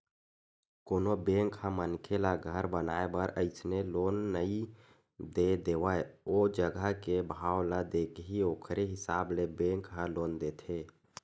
कोनो बेंक ह मनखे ल घर बनाए बर अइसने लोन नइ दे देवय ओ जघा के भाव ल देखही ओखरे हिसाब ले बेंक ह लोन देथे